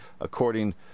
according